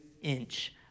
inch